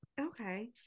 Okay